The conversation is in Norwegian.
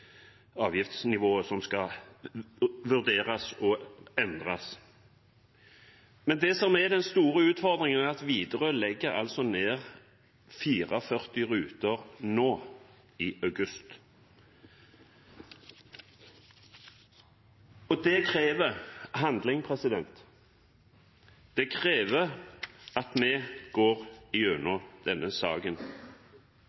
avgiftsnivået som skal vurderes og endres. Det som er den store utfordringen, er at Widerøe legger ned 44 ruter i august. Det krever handling. Det krever at vi går